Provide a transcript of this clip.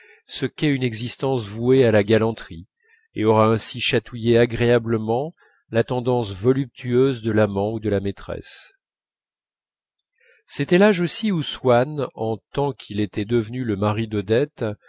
ce qu'est une existence vouée à la galanterie et aura ainsi chatouillé agréablement la tendance voluptueuse de l'amant ou de la maîtresse c'était l'âge aussi où swann en tant qu'il était devenu le mari d'odette